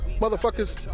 motherfuckers